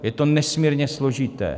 Je to nesmírně složité.